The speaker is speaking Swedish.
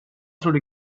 trodde